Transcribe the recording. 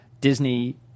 Disney